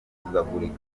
guhuzagurika